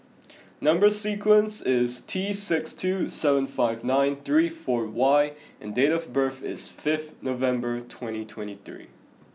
number sequence is T six two seven five nine three four Y and date of birth is fifth November twenty twenty three